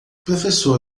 professor